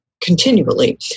continually